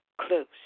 close